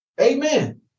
Amen